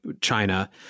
China